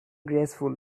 gracefully